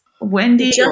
Wendy